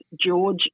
George